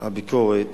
הביקורת